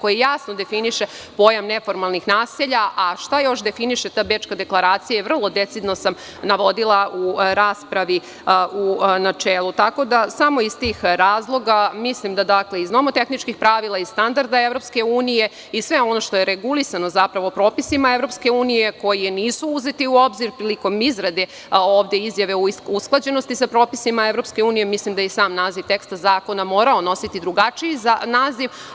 Ona jasno definiše pojam neformalnih naselja, a šta još definiše ta Bečka deklaracija vrlo decidno sam navodila u raspravi u načelu, tako da samo iz tih razloga mislim da iz nomotehničkih pravila, iz standarda EU i sve ono što je regulisano zapravo propisima EU, koji nisu uzeti u obzir prilikom izrade izjave o usklađenosti sa propisima EU, mislim da je i sam naziv teksta zakona morao nositi drugačiji naziv.